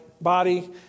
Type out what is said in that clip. body